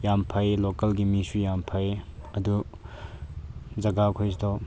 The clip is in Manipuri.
ꯌꯥꯝ ꯐꯩ ꯂꯣꯀꯦꯜꯒꯤ ꯃꯤꯁꯨ ꯌꯥꯝ ꯐꯩ ꯑꯗꯨ ꯖꯒꯥꯈꯣꯏꯗꯣ